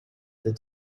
that